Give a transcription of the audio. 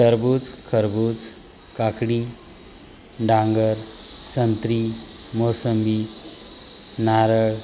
टरबूज खरबूज काकडी डांगर संत्री मोसंबी नारळ